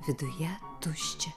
viduje tuščia